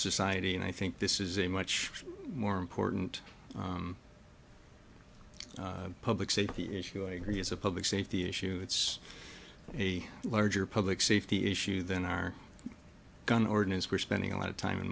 society and i think this is a much more important public safety issue i agree it's a public safety issue it's a larger public safety issue than our gun ordinance we're spending a lot of time and